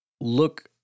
look